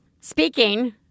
Speaking